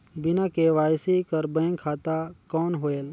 बिना के.वाई.सी कर बैंक खाता कौन होएल?